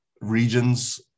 regions